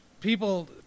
people